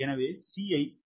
எனவே C ஐ 0